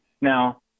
Now